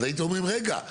הייתם אומרים: רגע,